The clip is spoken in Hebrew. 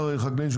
חקלאים,